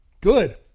Good